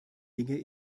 dinge